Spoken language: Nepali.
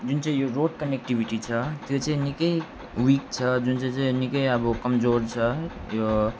जुन चाहिँ यो रोड कनेक्टिभिटी छ त्यो चाहिँ निकै विक छ जुन चाहिँ चाहिँ निकै अब कमजोर छ यो